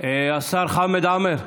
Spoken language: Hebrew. השר חמד עמאר,